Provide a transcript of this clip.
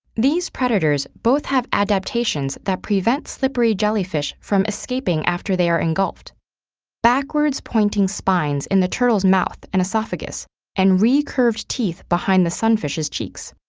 these predators both have adaptations that prevents slippery jellyfish from escaping after they are engulfed backwards pointing spines in the turtle's mouth and esophagus and recurved teeth behind the sunfish's cheeks.